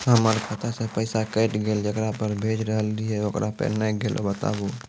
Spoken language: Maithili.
हमर खाता से पैसा कैट गेल जेकरा पे भेज रहल रहियै ओकरा पे नैय गेलै बताबू?